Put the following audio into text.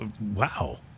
Wow